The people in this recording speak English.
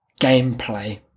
gameplay